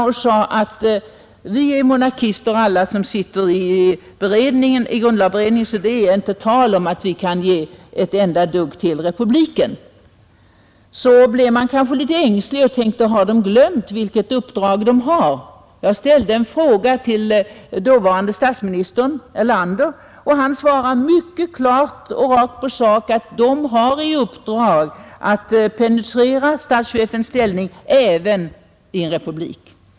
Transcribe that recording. Han sade då att alla de som sitter i grundlagberedningen är monarkister, så det blir inte tal om att ge ett enda dugg till republiken. Då blev man kanske litet ängslig och tänkte: Har de glömt vilket uppdrag de har? Jag ställde en fråga till dåvarande statsministern, Erlander, och han svarade mig klart och rakt på sak: De har i uppdrag att penetrera statschefens ställning även i en republik.